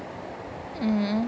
mmhmm